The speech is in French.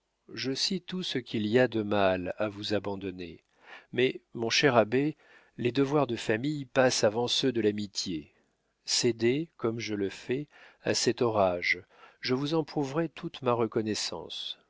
je sais tout ce qu'il y a de mal à vous abandonner mais mon cher abbé les devoirs de famille passent avant ceux de l'amitié cédez comme je le fais à cet orage je vous en prouverai toute ma reconnaissance